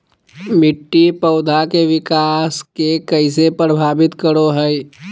मिट्टी पौधा के विकास के कइसे प्रभावित करो हइ?